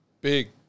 big